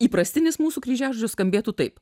įprastinis mūsų kryžiažodžių skambėtų taip